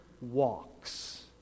walks